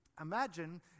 Imagine